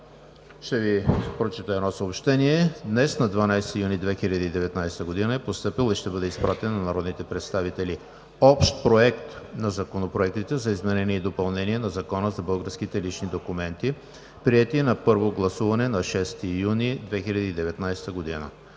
Ще Ви прочета едно съобщение: Днес, 12 юни 2019 г., е постъпил и ще бъде изпратен на народните представители Общ проект на законопроектите за изменение и допълнение на Закона за българските лични документи, приети на първо гласуване на 6 юни 2019 г.